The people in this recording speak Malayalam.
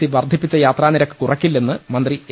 സി വർധിപ്പിച്ച യാത്രാനിരക്ക് കുറയ്ക്കില്ലെന്ന് മന്ത്രി എ